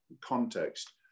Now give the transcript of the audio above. context